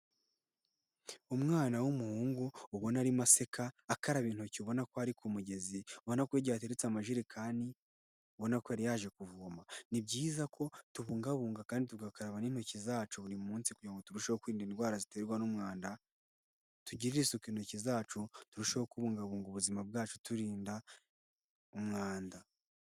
Umwana w'umuhungu ubona arimo aseka akaraba intoki ubona ko ari ku mugezi, ubona ko hirya hateretse amajerekani, ubona ko yari yaje kuvoma. Ni byiza ko tubungabunga kandi tugakaraba n'intoki zacu buri munsi kugira ngo turusheho kwirinda indwara ziterwa n'umwanda, tugirire isuku intoki zacu turusheho kubungabunga ubuzima bwacu turinda umwanda.